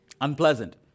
Unpleasant